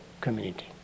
community